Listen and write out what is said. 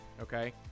okay